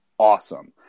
awesome